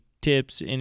tips